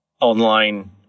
online